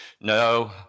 no